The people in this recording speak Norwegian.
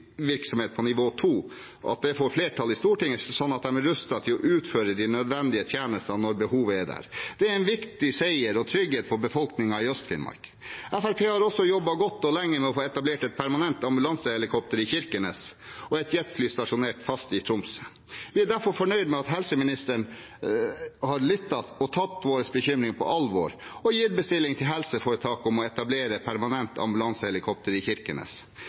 Stortinget, sånn at de er rustet til å utføre de nødvendige tjenestene når behovet er der. Det er en viktig seier og en trygghet for befolkningen i Øst-Finnmark. Fremskrittspartiet har også jobbet godt og lenge med å få etablert et permanent ambulansehelikopter i Kirkenes og et jetfly stasjonert fast i Tromsø. Vi er derfor fornøyd med at helseministeren har lyttet, tatt vår bekymring på alvor og gitt bestilling til helseforetaket om å etablere et permanent ambulansehelikopter i Kirkenes.